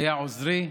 היה עוזרי,